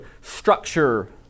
structure